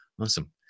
awesome